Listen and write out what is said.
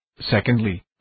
Secondly